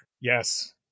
Yes